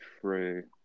true